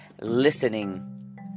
listening